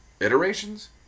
Iterations